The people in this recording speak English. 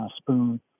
spoon